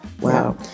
Wow